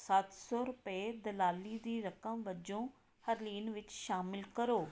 ਸੱਤ ਸੌ ਰੁਪਏ ਦਲਾਲੀ ਦੀ ਰਕਮ ਵਜੋਂ ਹਰਲੀਨ ਵਿੱਚ ਸ਼ਾਮਲ ਕਰੋ